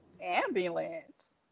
Ambulance